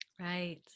Right